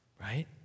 Right